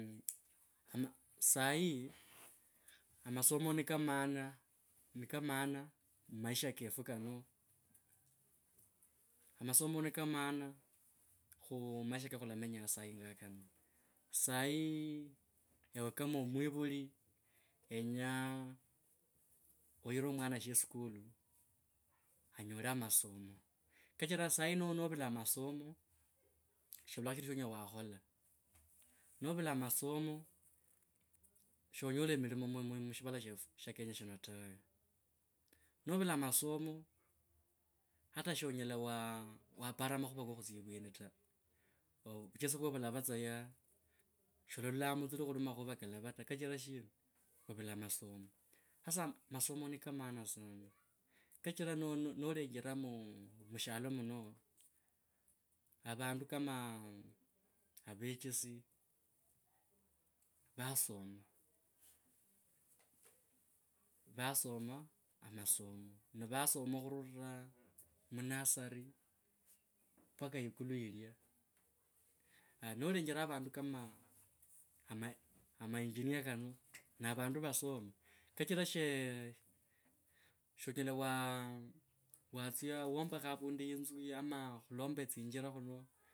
Sahi amasomo ni ka maana ni ka maana mu maisha ketu kano amasomo ni ka maana khu mu maisha kakhulamenya saa nga kano sayi ewe kama mwivuli kenya oyire mwana sheskulu anyolo amasomo kachira saa yino novula amasomo shonyola emilimo mu mushivala shefu sha kenya shino tawe novula masomo hata shonyela waah wapara makhuva kokhutsya yiuwenita vuchesi vuuwo vulana tsa ya shalalola mutsuli khuli makhuva kalava ta, kachira shina ovula masomo. Hasa masomo ni ka maana sana kachira nolenjera mu shiala muno avanda kama avechisi vasoma, vasoma a masomo ni vasoma khurura mu nursery mpaka yikulu yiria. Haya nolenjera avanda kama ama ama engineer kano na vandu vasoma, kachira sho shonyela watsia wambakha avandu yinzu ama khulomba tsinjira tsino.